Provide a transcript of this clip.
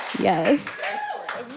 Yes